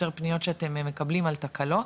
יותר פניות שאתם מקבלים על תקלות,